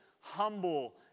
humble